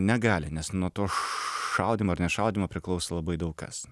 negali nes nuo to šaudymo ar nešaudymo priklauso labai daug kas